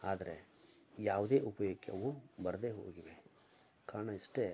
ಆದರೆ ಯಾವುದೇ ಉಪಯಕ್ಕೆ ಅವು ಬರದೆ ಹೋಗಿವೆ ಕಾರಣ ಇಷ್ಟೆ